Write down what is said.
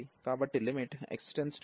కాబట్టి limit x→∞ f అనేది x 1x413